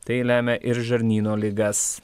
tai lemia ir žarnyno ligas